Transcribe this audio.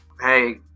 hey